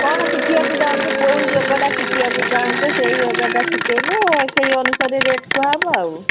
କ'ଣ ଶିଖିବାକୁ ଚାହୁଁଛ କେଉଁ ଯୋଗଟା ଶିଖିବାକୁ ଚାହୁଁଛ ସେଇ ଯୋଗଟା ଶିଖାଇଲେ ସେଇ ଅନୁସାରେ ରେଟ୍ କୁହାହବ ଆଉ